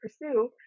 pursue